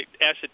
acid